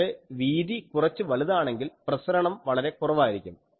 പക്ഷേ വീതി കുറച്ച് വലുതാണെങ്കിൽ പ്രസരണം വളരെ കുറവായിരിക്കും